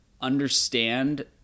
understand